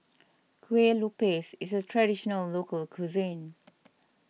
Kueh Lupis is a Traditional Local Cuisine